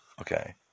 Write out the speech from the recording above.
Okay